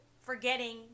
forgetting